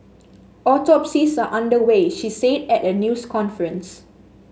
autopsies are under way she said at a news conference